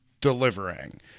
delivering